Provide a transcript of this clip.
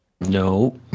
No